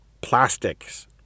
plastics